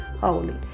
holy